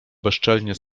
bezczelnie